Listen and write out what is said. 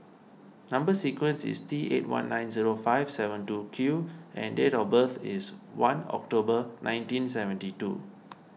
Number Sequence is T eight one nine zero five seven two Q and date of birth is one October nineteen seventy two